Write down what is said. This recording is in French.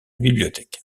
bibliothèque